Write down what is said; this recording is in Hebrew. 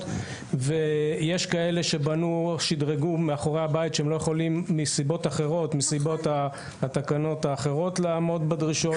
ויש כאלה שבנו ושדרגו מאחורי הבית מסיבות התקנות האחרות לעמוד בדרישות,